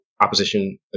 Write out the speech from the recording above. opposition